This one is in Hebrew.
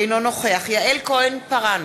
אינו נוכח יעל כהן-פארן,